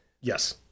Yes